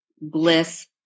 bliss